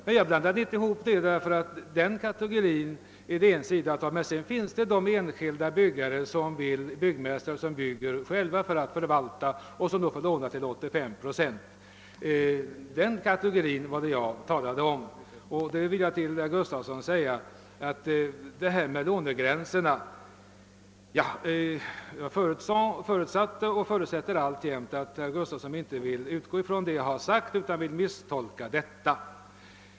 Men det finns också enskilda byggmästare som bygger själva för att förvalta och som då får låna upp till 85 procent. Det var den kategorin jag talade om. Beträffande lånegränserna vill jag säga herr Gustafsson i Skellefteå att jag förutsatte och fortfarande förutsätter att han inte vill utgå ifrån vad jag sagt utan misstolka detta.